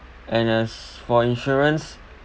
and as for insurance